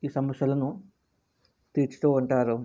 ఈ సమస్యలను తీర్చుతూ ఉంటారు